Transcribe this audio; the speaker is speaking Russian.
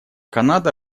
канада